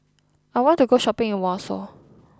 I want to go shopping in Warsaw